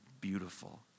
beautiful